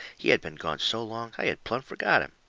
he had been gone so long i had plumb forgot him.